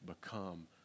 become